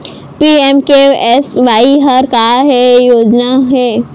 PMKSY हर का के योजना हे?